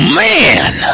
man